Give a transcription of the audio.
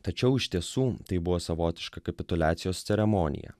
tačiau iš tiesų tai buvo savotiška kapituliacijos ceremonija